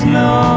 no